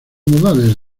modales